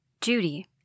Judy